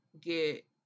get